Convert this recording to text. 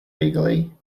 eagerly